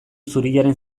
zuriaren